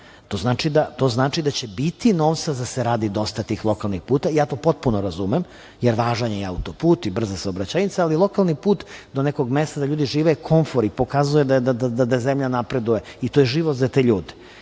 To znači da će biti novca da se radi dosta tih lokalnih puteva. Potpuno razumem, jer je važan autoput i brza saobraćajnica, ali lokalni put do nekog mesta gde ljudi žive je komfor i pokazuje da zemlja napreduje i to je život za te ljude. Ali